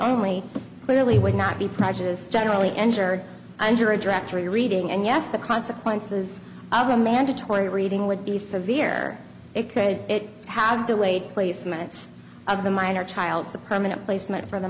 only clearly would not be prejudiced generally entered under a directory reading and yes the consequences of the mandatory reading would be severe it could it has delayed placements of the minor child the permanent placement for the